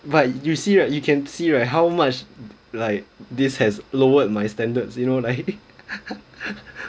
but you see right you can see right how much like this has lowered my standards you know like